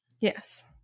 Yes